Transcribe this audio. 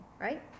right